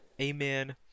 amen